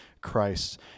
Christ